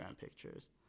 pictures